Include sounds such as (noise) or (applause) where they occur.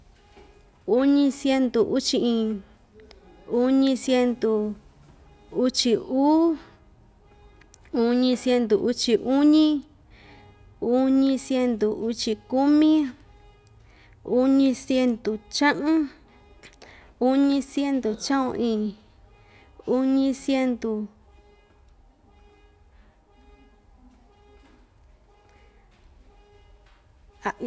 Uñi siendu uchi iin, uñi siendu uchi uu, (noise) uñi siendu uchi uñi, uñi siendu uchi kumi, (noise) uñi siendu cha'un, uñi siendu cha'un iin, uñi siendu. (noise)